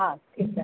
हा ठीकु आहे